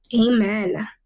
Amen